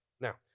Now